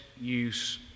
use